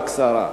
בקצרה.